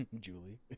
Julie